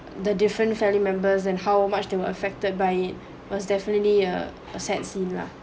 the different family members and how much they were affected by it was definitely a a sad scene lah